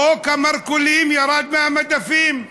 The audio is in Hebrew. חוק המרכולים ירד מהמדפים.